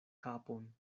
kapon